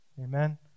Amen